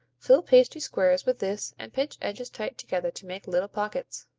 fill pastry squares with this and pinch edges tight together to make little pockets.